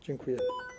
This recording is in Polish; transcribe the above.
Dziękuję.